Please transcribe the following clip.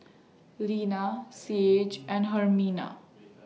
Lina Saige and Hermina